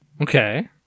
Okay